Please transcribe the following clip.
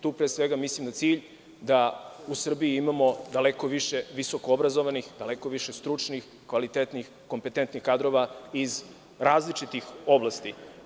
Tu pre svega mislim na cilj da u Srbiji imamo daleko više visokoobrazovanih, daleko više stručnih, kvalitetnih, kompetentnih kadrova iz različitih oblasti.